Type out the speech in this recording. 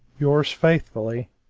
yours faithfully,